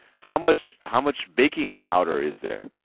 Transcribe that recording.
how much how much baking powder is there?